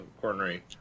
coronary